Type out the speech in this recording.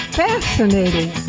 fascinating